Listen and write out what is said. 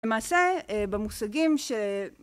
‫מעשה במושגים ש...